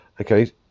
okay